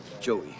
Joey